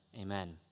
amen